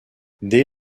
dès